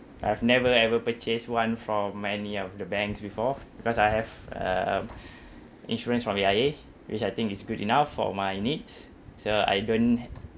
I've never ever purchase one from many of the banks before because I have um insurance from A_I_A which I think it's good enough for my needs so I don't